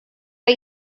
bei